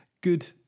good